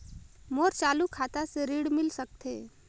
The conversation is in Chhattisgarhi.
मोर चालू खाता से ऋण मिल सकथे?